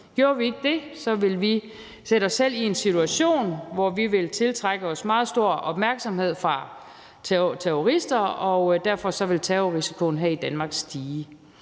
Gjorde vi ikke det, ville vi sætte os selv i en situation, hvor vi ville tiltrække os meget stor opmærksomhed fra terroristers side, og derfor ville terrorrisikoen her i Danmark stige.